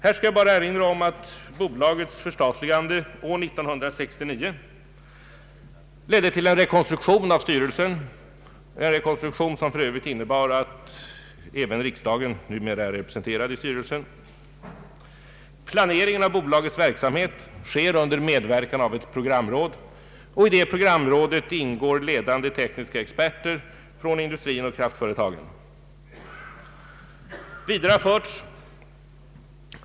Här vill jag endast erinra om att bolagets förstatligande år 1969 ledde till en rekonstruktion av styrelsen, som för övrigt innebär att även riksdagen numera är representerad i styrelsen. Planeringen av bolagets verksamhet sker under medverkan av ett programråd, i vilket ingår ledande tekniska experter från industrier och kraftföretag.